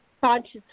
conscious